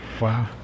Wow